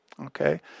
Okay